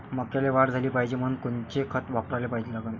मक्याले वाढ झाली पाहिजे म्हनून कोनचे खतं वापराले लागन?